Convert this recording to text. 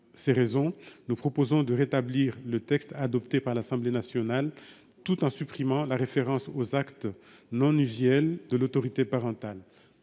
toutes ces raisons, nous proposons de rétablir le texte adopté par l'Assemblée nationale, tout en supprimant la référence aux actes non usuels de l'autorité parentale.